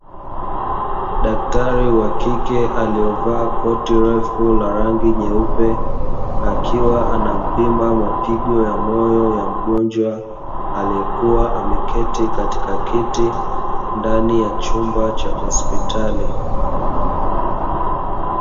Daktari wa kike aliyevaa koti refu la rangi jeupe akiwa anampima mapigo ya moyo ya mgonjwa aliyekuwa ameketi katika kiti, ndani ya chumba cha hospitali.